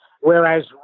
whereas